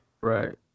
right